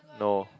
no